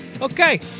Okay